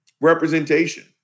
Representation